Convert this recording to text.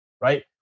right